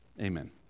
Amen